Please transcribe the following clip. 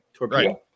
Right